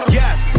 yes